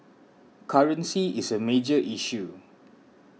currency is a major issue